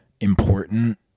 important